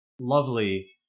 lovely